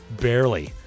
Barely